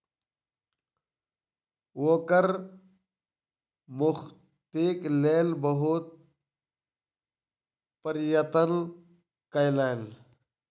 ओ कर मुक्तिक लेल बहुत प्रयत्न कयलैन